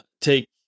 Take